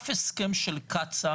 אף הסכם של קצא"א,